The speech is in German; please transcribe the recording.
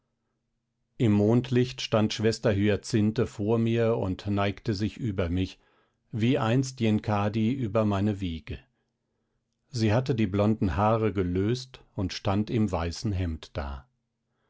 im mondlicht stand schwester hyacinthe vor mir und neigte sich über mich wie einst yenkadi über meine wiege sie hatte die blonden haare gelöst und stand im weißen hemd da